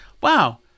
wow